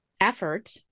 effort